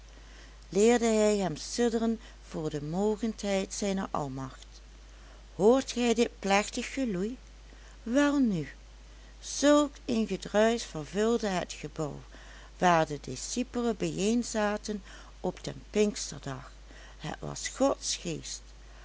leerde hij hem sidderen voor de mogendheid zijner almacht hoort gij dit plechtig geloei welnu zulk een gedruisch vervulde het gebouw waar de discipelen bijeenzaten op den pinksterdag het was gods